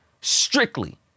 strictly